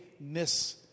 miss